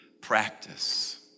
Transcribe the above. practice